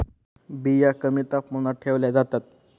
बिया कमी तापमानात ठेवल्या जातात